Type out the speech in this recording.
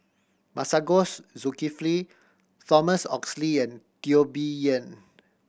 Masagos Zulkifli Thomas Oxley and Teo Bee Yen